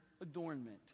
adornment